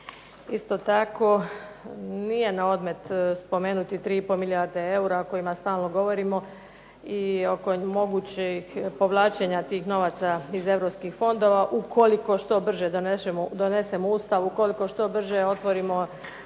Isto tako nije na odmet spomenuti 3,5 milijarde eura o kojima stalno govorimo i oko mogućeg povlačenja tih novaca iz europskih fondova ukoliko što brže donesemo Ustav, ukoliko što brže otvorimo